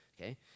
okay